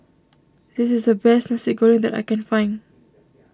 this is the best Nasi Goreng that I can find